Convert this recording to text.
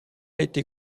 été